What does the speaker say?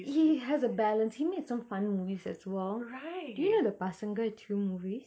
he has a balance he made some fun movies as well do you know the pasanga two movies